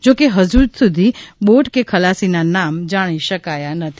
જો કે હજુ સુધી બોટ કે ખલાસી ના નામ જાણી શકાયા નથી